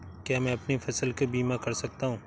क्या मैं अपनी फसल का बीमा कर सकता हूँ?